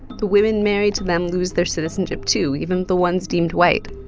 the women married to them lose their citizenship, too, even the ones deemed white.